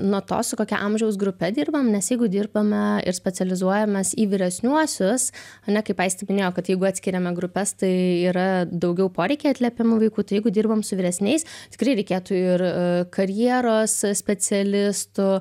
nuo to su kokia amžiaus grupe dirbam nes jeigu dirbame ir specializuojamės į vyresniuosius ane kaip aistė minėjo kad jeigu atskiriame grupes tai yra daugiau poreikiai atliepiami vaikų tai jeigu dirbam su vyresniais tikrai reikėtų ir karjeros specialistų